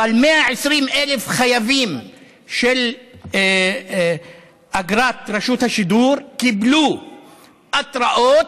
אבל 120,000 חייבים של אגרת רשות השידור קיבלו התראות,